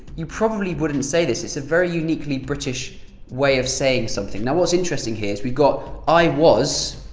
you probably wouldn't say this it's a very uniquely british way of saying something now what's interesting here is we've got i was